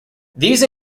these